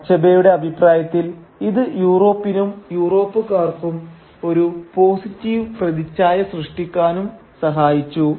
അച്ഛബേയുടെ അഭിപ്രായത്തിൽ ഇത് യൂറോപ്പിനും യൂറോപ്പ്ക്കാർക്കും ഒരു പോസിറ്റീവ് പ്രതിച്ഛായ സൃഷ്ടിക്കാനും സഹായിച്ചു